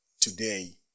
today